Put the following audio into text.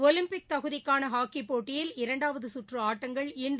Olympic தகுதிக்கான ஹாக்கிப்போட்டியில் இரண்டாவது சுற்று ஆட்டங்கள் இன்று